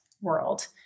world